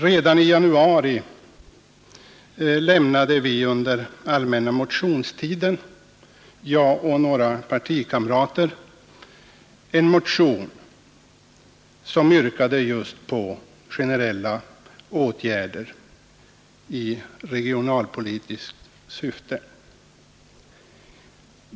Redan under allmänna motionstiden i januari väckte jag och några partikamrater en motion där vi yrkade på generella åtgärder i regionalpolitiskt syfte.